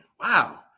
wow